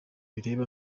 bireba